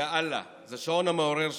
יא אללה, זה השעון המעורר שלי.